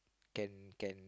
can can